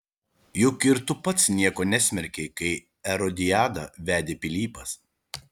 juk ir tu pats nieko nesmerkei kai erodiadą vedė pilypas